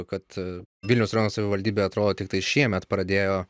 kad vilniaus rajono savivaldybė atrodo tiktai šiemet pradėjo